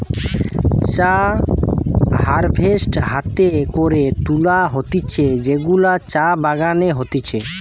চা হারভেস্ট হাতে করে তুলা হতিছে যেগুলা চা বাগানে হতিছে